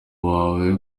wawe